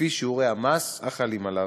לפי שיעורי המס החלים עליו.